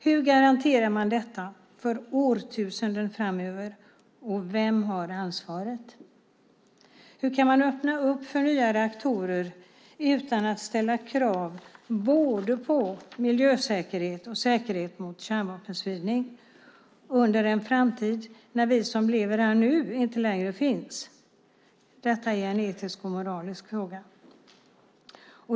Hur garanterar man detta för årtusenden framöver, och vem har ansvaret? Hur kan man öppna upp för nya reaktorer utan att ställa krav på både miljösäkerhet och säkerhet mot kärnvapenspridning under en framtid när vi som lever här nu inte längre finns? Detta är en etisk och moralisk fråga.